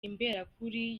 imberakuri